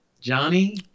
Johnny